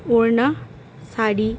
ওড়না শাড়ি